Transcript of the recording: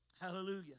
Hallelujah